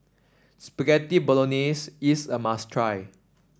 Spaghetti Bolognese is a must try